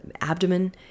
abdomen